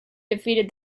defeated